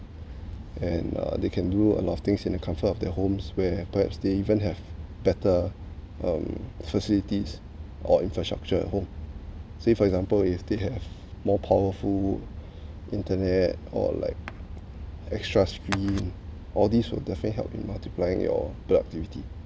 and uh they can do a lot of things in the comfort of their homes where perhaps they even have better um facilities or infrastructure at home say for example if they have more powerful internet or like extra screen all this will definitely help in multiplying your productivity